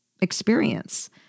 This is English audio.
experience